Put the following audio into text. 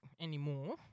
anymore